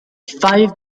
five